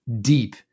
deep